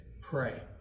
pray